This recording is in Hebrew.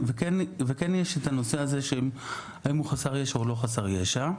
ויש את הנושא הזה האם הוא חסר ישע או לא חסר ישע.